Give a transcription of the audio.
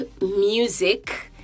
music